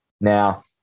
Now